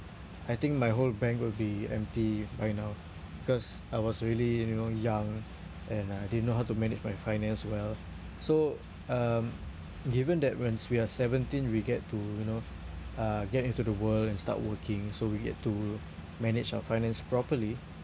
I think my whole bank will be empty right now because I was really you know young and I didn't know how to manage my finance well so um given that when we are seventeen we get to you know uh get into the world and start working so we get to manage our finance properly